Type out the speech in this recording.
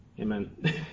Amen